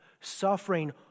suffering